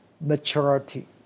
maturity